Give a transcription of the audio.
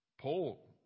Paul